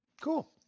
Cool